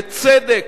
בצדק.